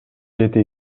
жети